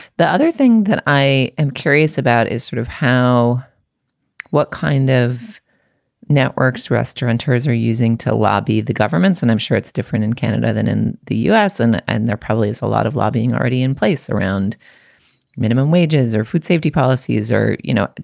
the other thing that i am curious about is sort of how what kind of networks restauranteurs are using to lobby the governments. and i'm sure it's different in canada than in the u s. and and there probably is a lot of lobbying already in place around minimum wages or food safety policies or, or, you know,